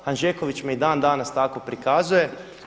Hanžeković me i dan danas tako prikazuje.